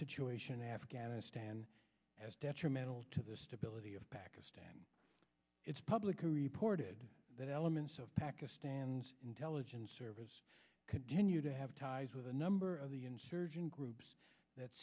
situation in afghanistan as detrimental to the stability of pakistan its public are reported that elements of pakistan's intelligence service continue to have ties with a number of the insurgent groups that